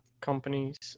companies